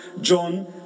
John